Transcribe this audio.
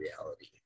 reality